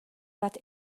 bat